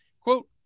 Quote